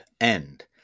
end